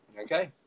okay